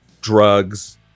drugs